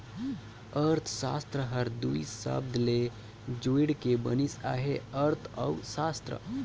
अर्थसास्त्र हर दुई सबद ले जुइड़ के बनिस अहे अर्थ अउ सास्त्र